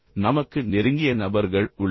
எனவே நமக்கு நெருங்கிய நபர்கள் உள்ளனர்